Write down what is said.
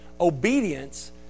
obedience